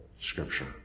Scripture